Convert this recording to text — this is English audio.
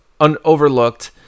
unoverlooked